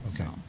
Okay